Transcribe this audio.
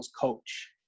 coach